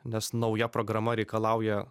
nes nauja programa reikalauja